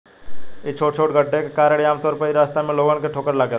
इ छोटे छोटे गड्ढे के कारण ही आमतौर पर इ रास्ता में लोगन के ठोकर लागेला